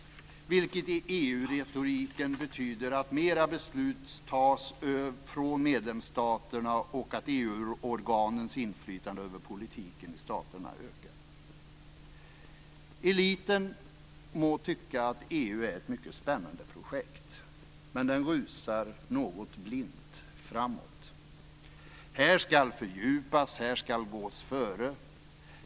Det betyder i EU-retoriken att fler beslut tas bort från medlemsstaterna och att EU-organens inflytande över politiken i staterna ökar. Eliten må tycka att EU är ett mycket spännande projekt. Men den rusar något blint framåt. Här ska fördjupas, här ska gås före.